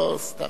לא סתם.